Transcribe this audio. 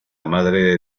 madre